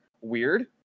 weird